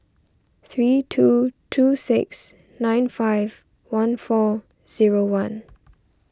three two two six nine five one four zero one